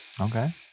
Okay